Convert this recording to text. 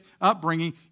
upbringing